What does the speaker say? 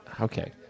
okay